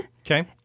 Okay